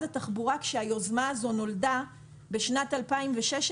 התחבורה כאשר היוזמה הזו נולדה בשנת 2016,